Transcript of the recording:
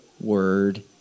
word